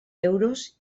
euros